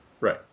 Right